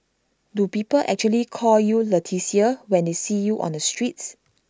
do people actually call you Leticia when they see you on the streets